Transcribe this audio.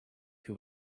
who